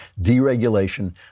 Deregulation